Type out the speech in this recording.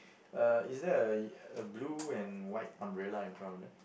uh is there a a blue and white umbrella in front of them